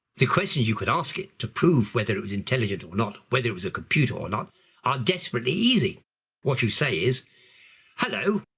the questions you could ask it to prove whether it was intelligent or not whether it was a computer or not are desperately easy what you say is hello,